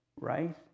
right